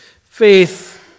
Faith